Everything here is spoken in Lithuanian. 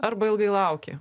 arba ilgai laukė